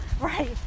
right